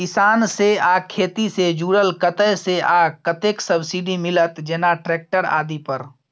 किसान से आ खेती से जुरल कतय से आ कतेक सबसिडी मिलत, जेना ट्रैक्टर आदि पर?